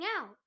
out